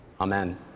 Amen